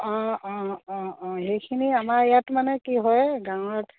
অঁ অঁ অঁ অঁ সেইখিনি আমাৰ ইয়াত মানে কি হয় গাঁৱত